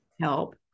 help